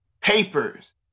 papers